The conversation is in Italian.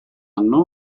anno